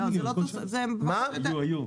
200 מיליון, היו.